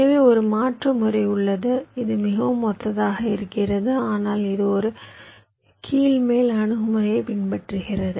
எனவே ஒரு மாற்று முறை உள்ளது இது மிகவும் ஒத்ததாக இருக்கிறது ஆனால் இது ஒரு கீழ்மேல் அணுகுமுறையை பின்பற்றுகிறது